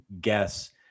guess